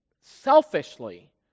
selfishly